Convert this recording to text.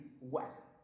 West